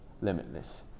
limitless